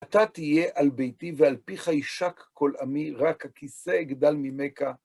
אתה תהיה על ביתי, ועל פיך יישק כל עמי, רק הכיסא יגדל ממכה.